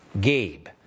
Gabe